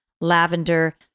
lavender